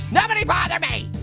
nobody bother me!